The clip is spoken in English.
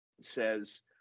says